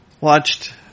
watched